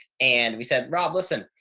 and we said, rob, listen,